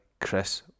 Chris